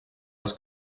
els